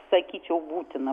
sakyčiau būtina